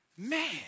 Man